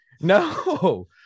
No